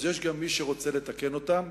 אז יש מי שרוצה לתקן אותם.